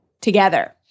together